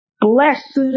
Blessed